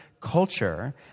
culture